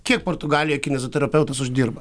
kiek portugalijoj kineziterapeutas uždirba